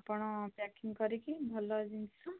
ଆପଣ ପ୍ୟାକିଂ କରିକି ଭଲ ଜିନିଷ